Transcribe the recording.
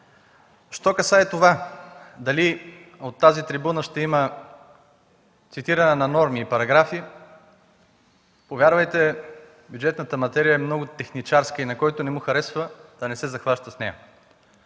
отнася до това дали от тази трибуна ще има цитиране на норми и на параграфи, повярвайте, че бюджетната материя е много техничарска и на който не му харесва, да не се захваща с нея.